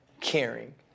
caring